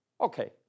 Okay